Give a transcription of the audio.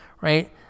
right